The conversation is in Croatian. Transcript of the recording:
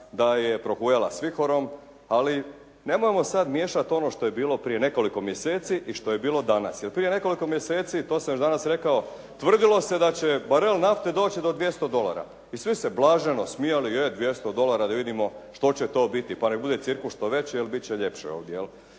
da je prohujala s vihorom, ali nemojmo sada miješati ono što je bilo prije nekoliko mjeseci i što je bilo danas. Jer prije nekoliko mjeseci to sam već danas rekao, tvrdilo se da će barel nafte doći do 200 dolara i svi se blaženo smijali, e 200 dolara da vidimo što će to biti, pa neka bude cirkus što veći jer biti će ljepše ovdje